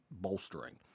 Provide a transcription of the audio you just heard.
bolstering